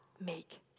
make